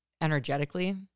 energetically